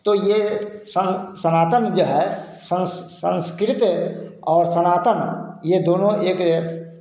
तो यह संग सनातन जो है संस संस्कृत और सनातन यह दोनों एक